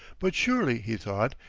but surely, he thought,